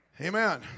Amen